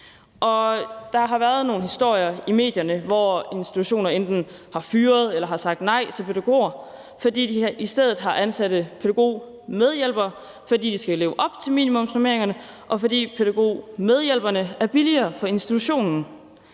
Der har været nogle historier i medierne, hvor institutioner enten har fyret eller har sagt nej til pædagoger, fordi de i stedet har ansat pædagogmedhjælpere, fordi de skal leve op til minimumsnormeringerne, og fordi pædagogmedhjælperne er billigere for institutionen.